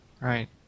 Right